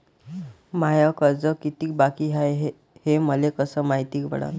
माय कर्ज कितीक बाकी हाय, हे मले कस मायती पडन?